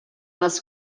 les